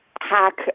hack